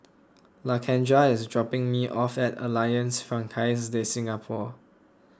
Lakendra is dropping me off at Alliance Francaise De Singapour